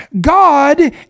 god